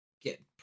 get